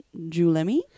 Julemi